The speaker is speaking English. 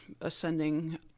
ascending